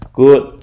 good